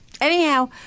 Anyhow